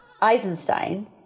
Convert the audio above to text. Eisenstein